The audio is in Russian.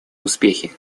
успехи